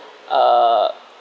uh